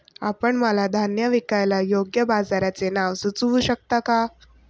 आपण मला धान्य विकायला योग्य बाजाराचे नाव सुचवू शकता का?